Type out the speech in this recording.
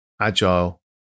agile